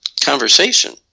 conversation